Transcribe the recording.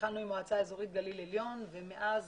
התחלנו עם מועצה אזורית גליל עליון ומאז